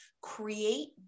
Create